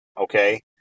Okay